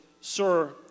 sir